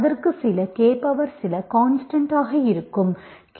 அதற்கு சில K power சில கான்ஸ்டன்ட் ஆக இருக்கும்